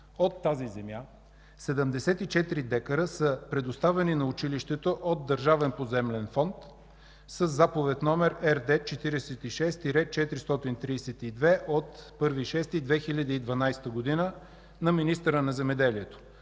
От тази земя 74 дка са предоставени на училището от Държавен поземлен фонд със заповед № РД-46-432 от 1 юни 2012 г. на министъра на земеделието,